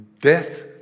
death